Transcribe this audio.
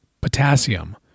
Potassium